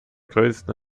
größten